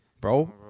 Bro